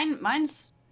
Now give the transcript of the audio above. mine's